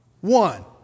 one